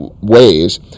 ways